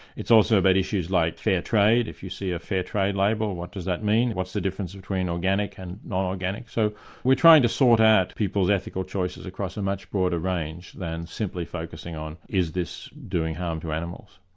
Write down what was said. it's also about issues like fair trade if you see a fair trade label, what does that mean what's the difference between organic and non-organic. so we're trying to sort out people's ethical choices across a much broader range than simply focusing on is this doing harm to animals.